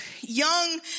young